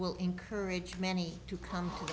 will encourage many to come